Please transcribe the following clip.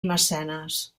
mecenes